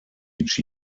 each